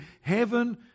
Heaven